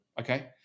okay